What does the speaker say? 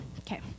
Okay